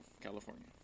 California